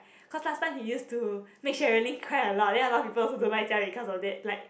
cause last time he used to make Sherilyn cry a lot then a lot of people also don't like jia wei cause of that like